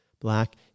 Black